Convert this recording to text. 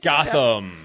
Gotham